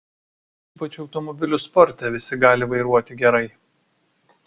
ypač automobilių sporte visi gali vairuoti gerai